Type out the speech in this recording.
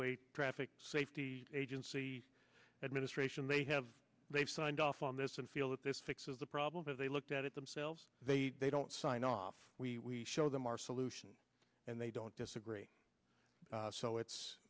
wait traffic safety agency administration they have they've signed off on this and feel that this fixes the problem is they looked at it themselves they don't sign off we show them our solution and they don't disagree so it's